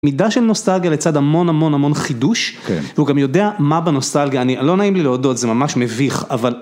מידה של נוסטלגיה לצד המון המון המון חידוש והוא גם יודע מה בנוסטלגיה אני לא נעים לי להודות זה ממש מביך אבל